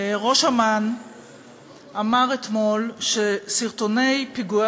ראש אמ"ן אמר אתמול שסרטוני פיגועי,